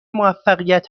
موفقیت